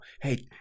Hey